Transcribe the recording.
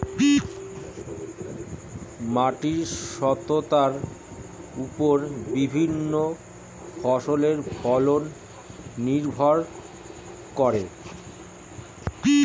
মাটির স্বাস্থ্যের ওপর বিভিন্ন ফসলের ফলন নির্ভর করে